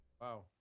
Wow